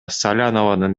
салянованын